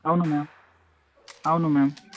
అవును మ్యామ్ అవును మ్యామ్